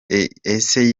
ese